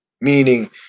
Meaning